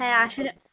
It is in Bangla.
হ্যাঁ আসলে